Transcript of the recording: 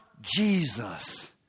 Jesus